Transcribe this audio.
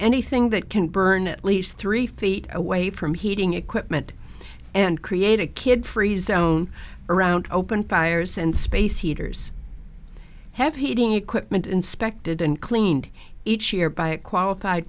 anything that can burn at least three feet away from heating equipment and create a kid free zone around open fires and space heaters have heating equipment inspected and cleaned each year by a qualified